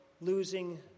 losing